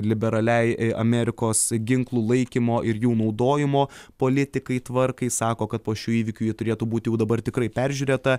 liberaliai amerikos ginklų laikymo ir jų naudojimo politikai tvarkai sako kad po šių įvykių ji turėtų būti jau dabar tikrai peržiūrėta